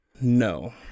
No